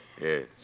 Yes